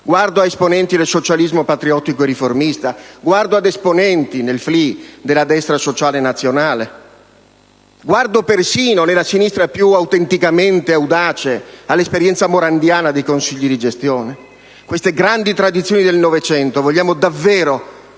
Guardo esponenti del socialismo patriottico e riformista. Guardo esponenti nel FLI, della destra sociale nazionale. Guardo persino, nella sinistra più autenticamente audace, l'esperienza morandiana dei consigli di gestione. Vogliamo davvero